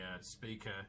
speaker